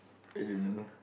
I don't know